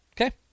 Okay